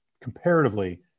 comparatively